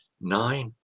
nine